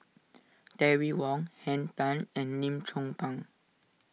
Terry Wong Henn Tan and Lim Chong Pang